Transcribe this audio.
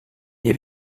nie